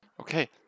Okay